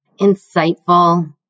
Insightful